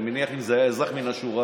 אני מניח שאם זה היה אזרח מן השורה,